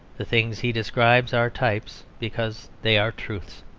the things he describes are types because they are truths.